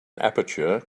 aperture